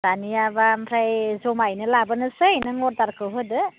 दानियाबा ओमफ्राय जमायैनो लाबोनोसै नों अर्डारखौ होदो